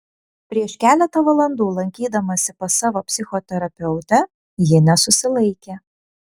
prieš keletą valandų lankydamasi pas savo psichoterapeutę ji nesusilaikė